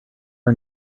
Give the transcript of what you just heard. are